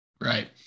Right